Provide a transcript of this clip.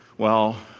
well,